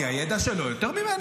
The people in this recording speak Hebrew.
כי הידע שלו יותר ממני.